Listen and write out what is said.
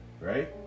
Right